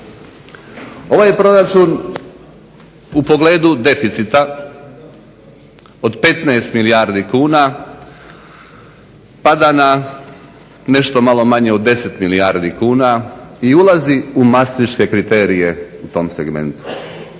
Ovaj proračun u pogledu deficita od 15 milijardi kuna pada na nešto malo manje od 10 milijardi kuna i ulazi u mastriške kriterije u tom segmentu.